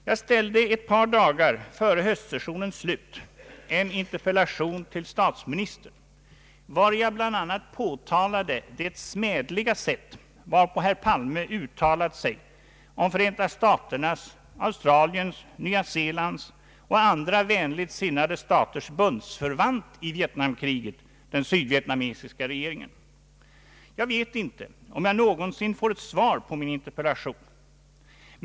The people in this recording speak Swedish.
Jag ställde ett par dagar före höstsessionens slut en interpellation till statsministern, vari jag påtalade det smädliga sätt varpå herr Palme uttalat sig om Förenta staternas, Australiens, Nya Zeelands och andra vänligt sinnade staters bundsförvant i Vietnamkriget, den sydvietnamesiska regeringen. Jag vet inte om jag någonsin får svar på min interpellation.